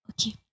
Okay